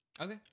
Okay